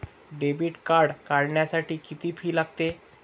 Debit card काढण्यासाठी किती fee लागते?